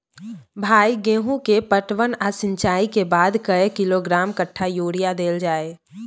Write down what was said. भाई गेहूं के पटवन आ सिंचाई के बाद कैए किलोग्राम कट्ठा यूरिया देल जाय?